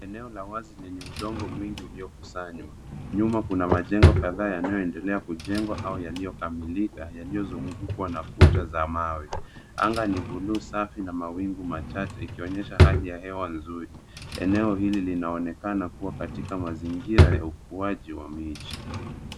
Eneo la wazi lenye udongo mwingi uliokusanywa. Nyuma kuna majengo kadhaa yanayoendelea kujengwa au yaliyokamilika, yaliyozungukwa na kuta za mawe. Anga ni buluu safi na mawingu machache ikionyesha hali ya hewa nzuri. Eneo hili linaonekana kuwa katika mazingira ya ukuaji wa miji.